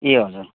ए हजुर